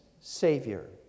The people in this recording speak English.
Savior